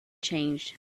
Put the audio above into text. changed